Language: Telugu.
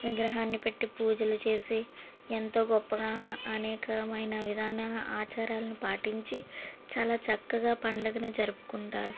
విగ్రహాన్నిపెట్టి పూజలు చేసి ఎంతో గొప్పగా అనేకమైన విధాన ఆచారాలను పాట్టించి చాలా చక్కగా పండుగను జరుపుకుంటారు